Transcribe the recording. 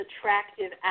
attractive